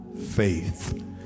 faith